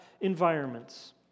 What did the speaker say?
environments